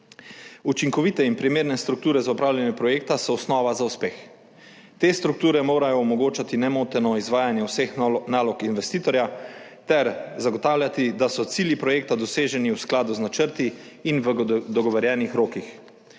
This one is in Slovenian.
Učinkovite in primerne strukture za upravljanje projekta so osnova za uspeh. Te strukture morajo omogočati nemoteno izvajanje vseh nalog investitorja ter zagotavljati, da so cilji projekta doseženi v skladu z načrti in v dogovorjenih rokih.